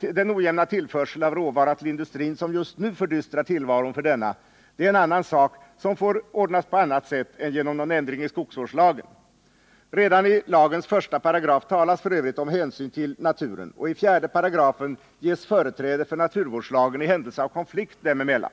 Den ojämna tillförsel av råvara till industrin som just nu fördystrar tillvaron för denna är en annan sak. Den får ordnas på annat sätt än genom ändring av skogsvårdslagen. Redan i I § skogsvårdslagen talas f. ö. om hänsyn till naturvården, och i 4 § ges företräde för naturvårdslagen i händelse av konflikt dem emellan.